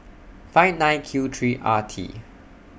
five nine Q three R T